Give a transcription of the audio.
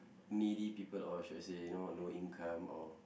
needy people or should I say you know low income or